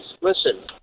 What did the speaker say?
Listen